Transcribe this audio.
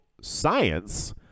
science